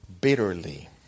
bitterly